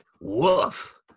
Woof